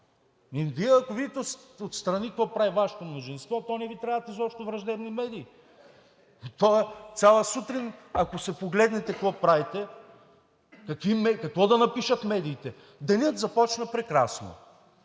Вие, ако видите отстрани какво прави Вашето мнозинство, то не Ви трябват изобщо враждебни медии! Цяла сутрин, ако се погледнете какво правите, какво да напишат медиите: денят започна прекрасно